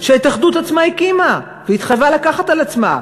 שההתאחדות עצמה הקימה והתחייבה לקבל על עצמה,